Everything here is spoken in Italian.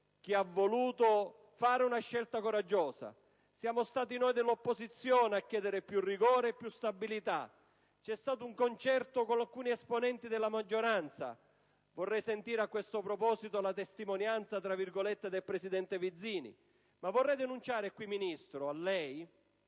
che ha voluto fare una scelta coraggiosa; siamo stati noi dell'opposizione a chiedere più rigore e più stabilità; c'è stato un concerto con alcuni esponenti della maggioranza. Vorrei sentire a questo proposito la testimonianza del presidente Vizzini, ma vorrei denunciare qui, Ministro, a lei,